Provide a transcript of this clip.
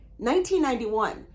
1991